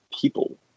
People